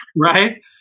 right